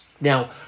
Now